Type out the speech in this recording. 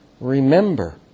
Remember